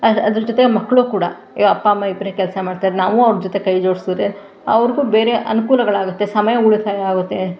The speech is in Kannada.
ಅದ್ರ ಅದ್ರ ಜೊತೆ ಮಕ್ಕಳು ಕೂಡ ಎ ಅಪ್ಪ ಅಮ್ಮ ಇಬ್ಬರೇ ಕೆಲಸ ಮಾಡ್ತಾರೆ ನಾವು ಅವ್ರ ಜೊತೆ ಕೈಜೋಡಿಸಿದ್ರೆ ಅವ್ರಿಗೂ ಸಮಯ ಉಳಿತಾಯ ಆಗುತ್ತೆ